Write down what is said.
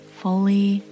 fully